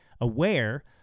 aware